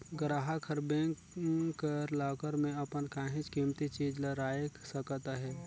गराहक हर बेंक कर लाकर में अपन काहींच कीमती चीज ल राएख सकत अहे